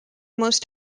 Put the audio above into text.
most